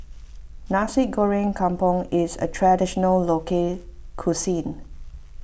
Nasi Goreng Kampung is a Traditional Local Cuisine